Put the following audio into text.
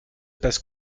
passe